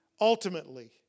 Ultimately